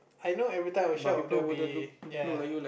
I know every time I will shout there will be ya